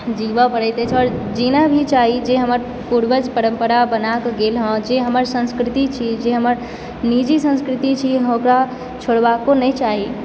जीवऽ पड़ैत अछि आओर जीना भी चाही जे हमर पूर्वज परम्परा बनाके गेल हँ जे हमर संस्कृति छी जे हमर निजी संस्कृति छी ओकरा छोड़बाको नहि चाही